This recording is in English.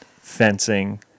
fencing